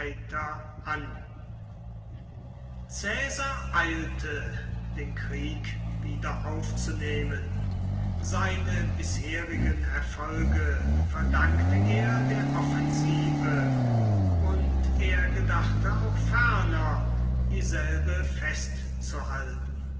an caesar eilte den krieg wiederaufzunehmen seine bisherigen erfolge verdankte er der offensive und er gedachte auch ferner dieselbe festzuhalten